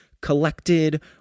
collected